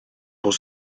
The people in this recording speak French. pour